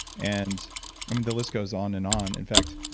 and the list goes on and on. in fact,